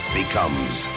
becomes